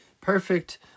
perfect